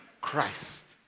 Christ